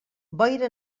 boira